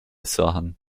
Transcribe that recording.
sahen